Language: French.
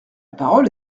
parole